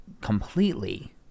completely